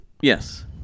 Yes